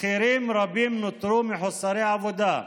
שכירים רבים נותרו מחוסרי עבודה,